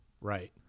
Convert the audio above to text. right